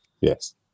Yes